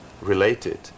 related